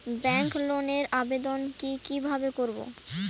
Bank লোনের আবেদন কি কিভাবে করব?